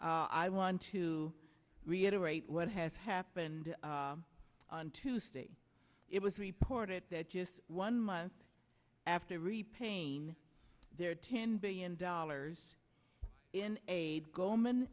i want to reiterate what has happened on tuesday it was reported that just one month after re pain there ten billion dollars in aid goldman